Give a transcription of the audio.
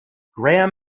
graham